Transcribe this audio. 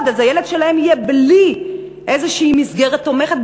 אז הילד שלהם יהיה בלי איזושהי מסגרת תומכת,